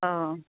अ